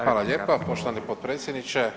Hvala lijepa poštovani potpredsjedniče.